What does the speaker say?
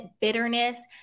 bitterness